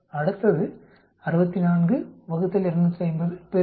அடுத்தது 64 ÷ 250 60